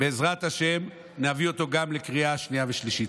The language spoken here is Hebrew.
בעזרת השם, נביא אותו גם לקריאה שנייה ושלישית.